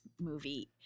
movie